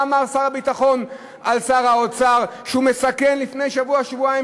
מה אמר שר הביטחון על שר האוצר לפני שבוע-שבועיים?